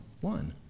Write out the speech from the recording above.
one